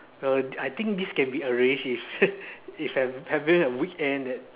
uh I I think this can be arranged if if I'm having a weekend that